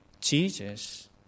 Jesus